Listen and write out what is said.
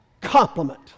compliment